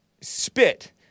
spit